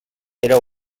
era